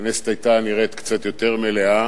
הכנסת היתה נראית קצת יותר מלאה,